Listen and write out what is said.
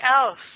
else